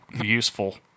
useful